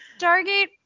Stargate